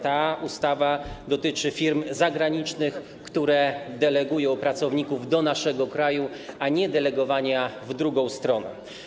Ta ustawa dotyczy firm zagranicznych, które delegują pracowników do naszego kraju, a nie delegowania w drugą stronę.